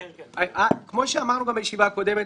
כמו שאמרנו גם בישיבה הקודמת,